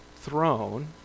throne